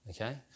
okay